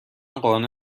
قانع